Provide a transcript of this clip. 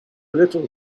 little